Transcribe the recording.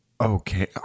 Okay